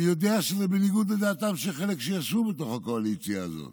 אני יודע שזה בניגוד לדעתם של חלק שישבו בתוך הקואליציה הזאת